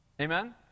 Amen